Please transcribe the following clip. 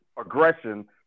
aggression